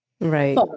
Right